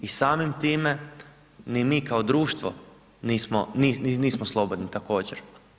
I samim time ni mi kao društvo nismo slobodni također.